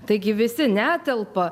taigi visi netelpa